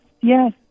yes